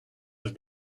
have